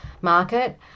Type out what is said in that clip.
market